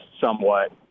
somewhat